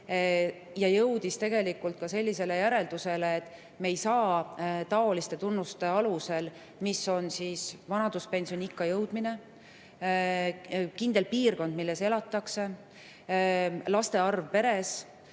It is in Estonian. jõudis tegelikult sellisele järeldusele, et me ei saa taoliste tunnuste alusel – näiteks vanaduspensioniikka jõudmine, kindel piirkond, kus elatakse, laste arv peres